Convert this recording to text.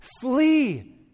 Flee